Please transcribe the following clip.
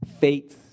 fates